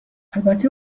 البته